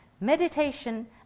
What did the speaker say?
meditation